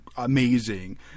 amazing